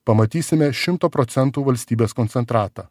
pamatysime šimto procentų valstybės koncentratą